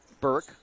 Burke